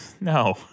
no